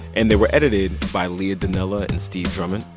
and they were edited by leah donnella and steve drummond.